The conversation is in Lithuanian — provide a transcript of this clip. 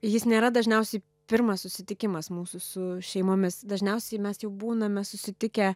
jis nėra dažniausiai pirmas susitikimas mūsų su šeimomis dažniausiai mes jau būname susitikę